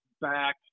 back